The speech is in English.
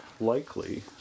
likely